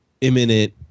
imminent